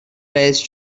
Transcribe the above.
رییس